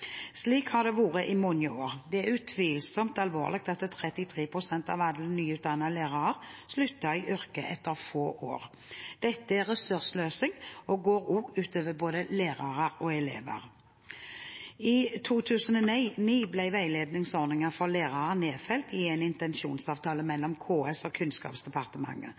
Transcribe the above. vært i mange år. Det er utvilsomt alvorlig at 33 pst. av alle nyutdannede lærere slutter i yrket etter få år. Dette er ressurssløsing, og det går ut over både lærere og elever. I 2009 ble veiledningsordningen for lærere nedfelt i en intensjonsavtale mellom KS og Kunnskapsdepartementet.